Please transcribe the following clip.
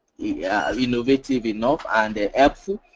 yeah innovative enough and helpful.